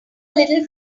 little